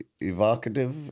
evocative